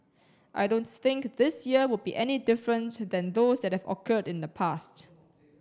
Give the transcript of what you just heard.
I don't think this year will be any different than those that have occurred in the past